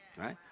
Right